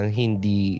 hindi